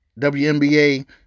WNBA